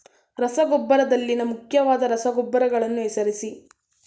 ರಸಗೊಬ್ಬರದಲ್ಲಿನ ಮುಖ್ಯವಾದ ರಸಗೊಬ್ಬರಗಳನ್ನು ಹೆಸರಿಸಿ?